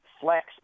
flex